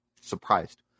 surprised